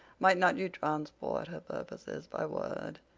might not you transport her purposes by word?